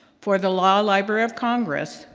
for the law library of congress,